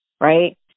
right